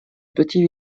petit